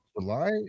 July